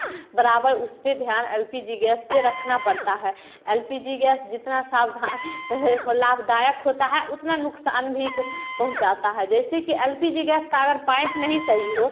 बराबर उसपर ध्यान एल पी जी गैस पर रखना पड़ता है एल पी जी गैस जितना सावधा हो लाभदायक होता है उतना नुकसान भी पहुँचाता है जैसे कि एल पी जी गैस का अगर पाइप नहीं सही हो